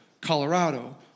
Colorado